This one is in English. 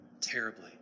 terribly